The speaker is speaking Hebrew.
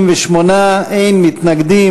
אין יותר הסכמי מיצובישי,